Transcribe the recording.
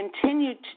continued